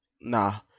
nah